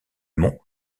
mont